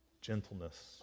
gentleness